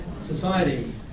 society